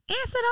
Answer